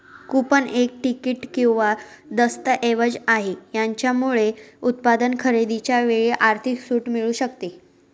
coupon एक तिकीट किंवा दस्तऐवज आहे, याच्यामुळे उत्पादन खरेदीच्या वेळी आर्थिक सूट मिळू शकते